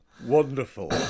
Wonderful